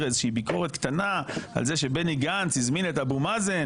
איזושהי ביקורת קטנה על זה שבני גנץ הזמין את אבו מאזן